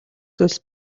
зүйлс